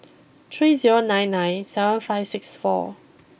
three zero nine nine seven five six four